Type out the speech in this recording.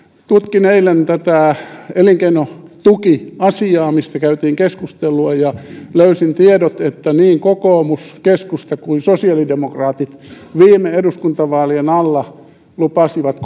tutkin eilen tätä elinkeinotukiasiaa mistä kävimme keskustelua ja löysin tiedot että niin kokoomus keskusta kuin sosiaalidemokraatit viime eduskuntavaalien alla lupasivat